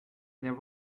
there